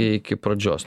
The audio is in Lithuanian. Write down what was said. iki pradžios